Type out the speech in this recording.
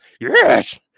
Yes